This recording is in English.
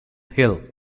hill